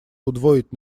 удвоить